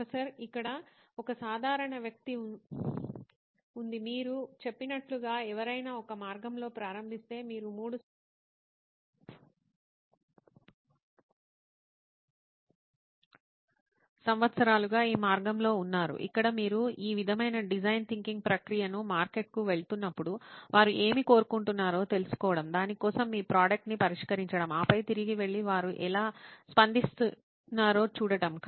professor ఇక్కడ ఒక సాధారణ ప్రశ్న ఉంది మీరు చెప్పినట్లుగా ఎవరైనా ఒక మార్గంలో ప్రారంభిస్తే మీరు 3 సంవత్సరాలుగా ఈ మార్గంలో ఉన్నారు ఇక్కడ మీరు ఈ విధమైన డిజైన్ థింకింగ్ ప్రక్రియను మార్కెట్కు వెళుతున్నప్పుడు వారు ఏమి కోరుకుంటున్నారో తెలుసుకోవడం దాని కోసం మీ ప్రోడక్ట్ ని పరిష్కరించడం ఆపై తిరిగి వెళ్లి వారు ఎలా స్పందిస్తారో చూడటం